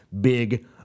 Big